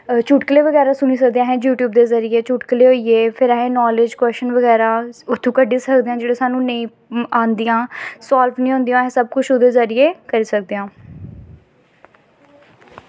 चुटकले बगैरा सुनी सकदे अस यूटयूब दे जरिये चुटकले फिर अस नॉलेज़ बगैरा अस उत्थूं कड्ढ़ी सकदे आं जेह्ड़े सानूं नेईं आंदियां सालव निं होंदियां अस सब कुछ ओह्दे जरिये करी सकदे आं